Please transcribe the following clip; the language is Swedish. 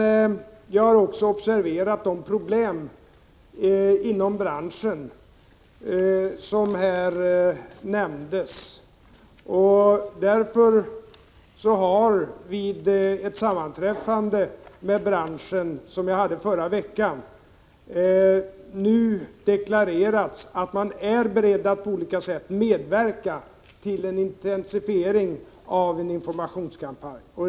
1985/86:33 21 november 1985 Därför har vid ett sammanträffande med företrädare för branschen som jag ST — hade förra veckan nu deklarerats att man är beredd att på olika sätt medverka tillintensifiering av en informationskampanj.